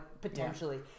potentially